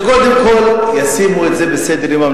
שקודם כול ישימו את זה על סדר-יומם,